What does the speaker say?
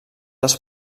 els